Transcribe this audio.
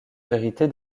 vérité